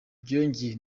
byongeye